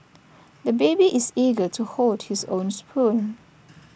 the baby is eager to hold his own spoon